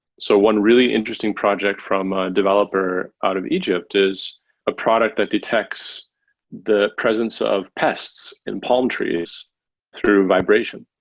so one really interesting project from a developer out of egypt is a product that detects the presence of pests in palm trees through vibration.